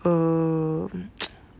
err